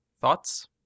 Thoughts